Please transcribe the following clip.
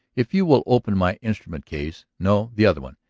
if you will open my instrument case. no the other one.